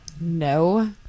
No